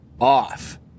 off